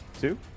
two